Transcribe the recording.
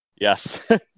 yes